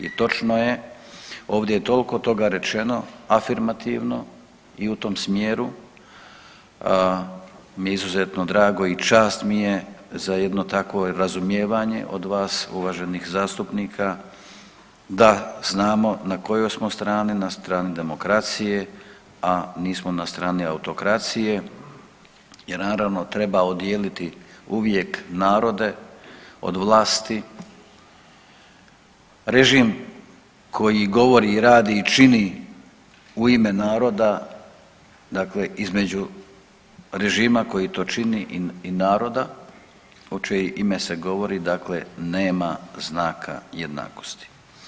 I točno je ovdje je tolko toga rečeno afirmativno i u tom smjeru mi je izuzetno drago i čast mi je za jedno takvo razumijevanje od vas uvaženih zastupnika da znamo na kojoj smo strani, na strani demokracije, a nismo na strani autokracije jer naravno treba odijeliti uvijek narode od vlasti, režim koji govori, radi i čini u ime naroda, dakle između režima koji to čini i naroda u čije ime se govori dakle nema znaka jednakosti.